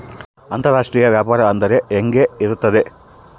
ಅಂತರಾಷ್ಟ್ರೇಯ ವ್ಯಾಪಾರ ಅಂದರೆ ಹೆಂಗೆ ಇರುತ್ತದೆ?